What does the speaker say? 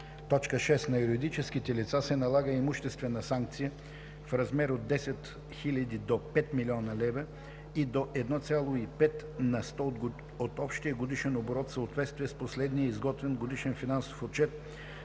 1, т. 6 на юридическите лица се налага имуществена санкция в размер от 10 000 до 5 000 000 лв. или до 1,5 на сто от общия годишен оборот в съответствие с последния изготвен годишен финансов отчет,